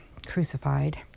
crucified